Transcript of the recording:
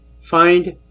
find